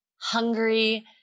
hungry